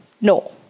No